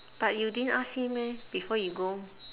but you didn't ask him meh before you go